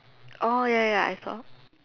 oh ya ya ya I saw